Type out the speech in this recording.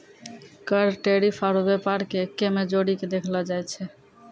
कर टैरिफ आरू व्यापार के एक्कै मे जोड़ीके देखलो जाए छै